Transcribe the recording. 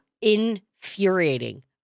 infuriating